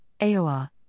AOR